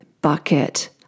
bucket